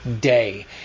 day